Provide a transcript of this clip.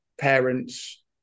parents